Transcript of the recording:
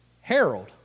Harold